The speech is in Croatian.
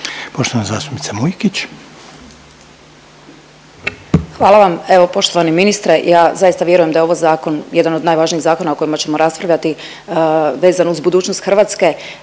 Ivana (DP)** Hvala vam. Evo poštovani ministre, ja zaista vjerujem da je ovo zakon jedan od najvažnijih zakona o kojima ćemo raspravljati vezano uz budućnost Hrvatske.